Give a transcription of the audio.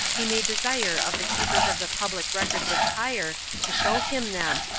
he may desire of the keepers of the public records of tyre to show him them,